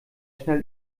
schnell